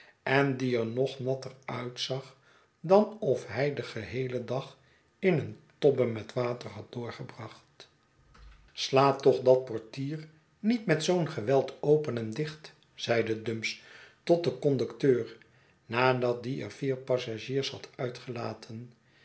en die er nog natter uitzag dan of hij den geheelen dag in een tobbe met water had doorgebracht sla toch dat portier niet met zoo'n geweld open en dichtf zeide dumps tot den conducteur nadat die er vier passagiers had uitgelaten